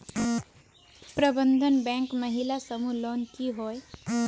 प्रबंधन बैंक महिला समूह लोन की होय?